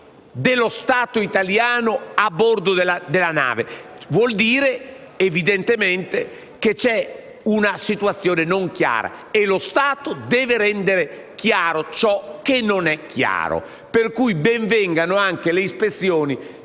dello Stato italiano a bordo della nave. Ciò vuol dire, evidentemente, che vi è una situazione non chiara e lo Stato deve rendere chiaro ciò che non lo è. Ben vengano, quindi, anche le ispezioni